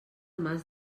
mas